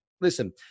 Listen